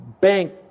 bank